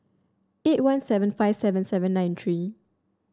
eight one seven five seven seven nine three